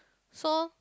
so